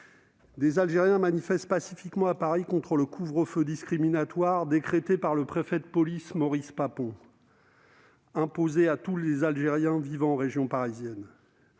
des Algériens manifestent pacifiquement à Paris contre le couvre-feu discriminatoire décrété par le préfet de police Maurice Papon, lequel était imposé à tous les Algériens vivant en région parisienne.